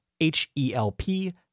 H-E-L-P